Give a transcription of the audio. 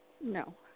No